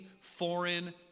foreign